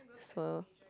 so